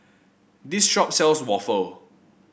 this shop sells waffle